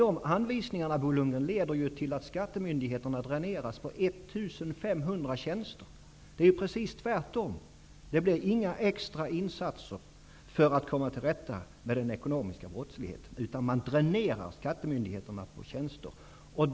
De anvisningarna, Bo Lundgren, leder ju till att skattemyndigheterna dräneras på 1 500 tjänster. Det är precis tvärtom -- det blir inga extra insatser för att komma till rätta med den ekonomiska brottsligheten, utan man dränerar skattemyndigheterna på tjänster.